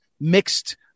mixed